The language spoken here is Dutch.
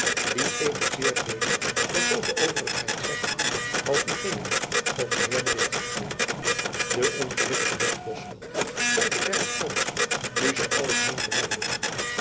die evenzeer leden der hooge overigheid zijn als ued of de heer de witt jacob van lennep elizabeth musch de ongelukkige dacht bosveldt zy bederft alles nu zy alles meent te redden